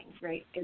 right